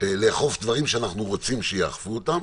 לאכוף דברים שאנחנו רוצים שיאכפו אותם